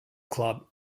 club